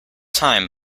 time